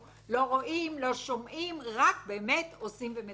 רק עושים ומדברים.